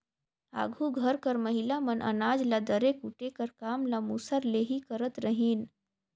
आघु घर कर महिला मन अनाज ल दरे कूटे कर काम ल मूसर ले ही करत रहिन